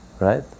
Right